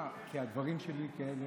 אה, כי הדברים שלי חשובים,